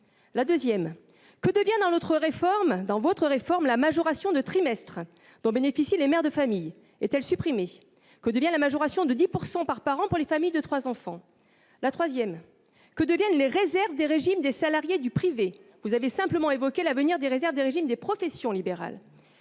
La deuxième : que devient, dans cette réforme, la majoration de trimestres dont bénéficient les mères de famille ? Est-elle supprimée ? Que devient la majoration de 10 % par parent pour les familles de trois enfants ? La troisième : que deviennent les réserves des régimes des salariés du privé ? Vous avez simplement évoqué l'avenir de celles des régimes des professions libérales.